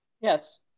Yes